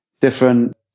different